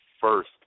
first